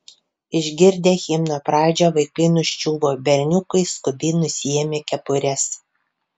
išgirdę himno pradžią vaikai nuščiuvo berniukai skubiai nusiėmė kepures